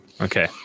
Okay